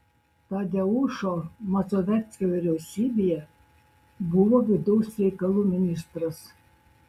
tadeušo mazoveckio vyriausybėje buvo vidaus reikalų ministras